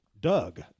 Doug